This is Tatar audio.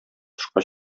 тышка